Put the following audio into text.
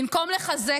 במקום לחזק,